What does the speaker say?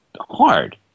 hard